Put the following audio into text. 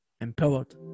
Empowered